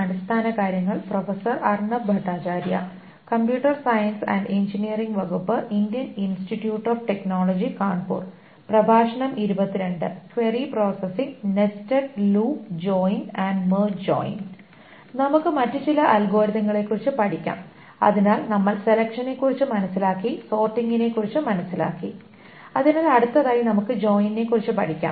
അതിനാൽ അടുത്തതായി നമുക്ക് ജോയിൻ നെക്കുറിച്ച് പഠിക്കാം